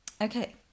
Okay